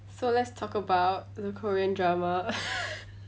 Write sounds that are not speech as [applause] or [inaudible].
so let's talk about the korean drama [laughs]